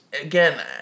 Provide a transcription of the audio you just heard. again